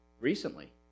Recently